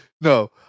No